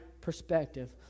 perspective